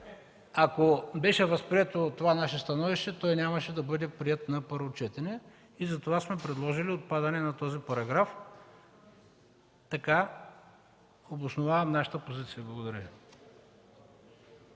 ако беше възприето това наше становище, нямаше да бъде приет на първо четене и сме предложили отпадане на този параграф. Така обосновавам нашата позиция. Благодаря